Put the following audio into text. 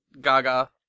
Gaga